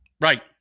Right